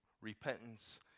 repentance